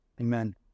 Amen